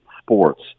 sports